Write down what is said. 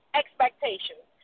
expectations